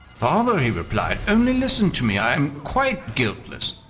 father, he replied, only listen to me i am quite guiltless.